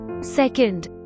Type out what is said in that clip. Second